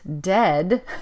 dead